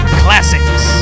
classics